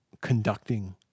conducting